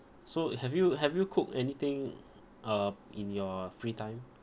so have you have you cook anything uh in your free time